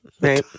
right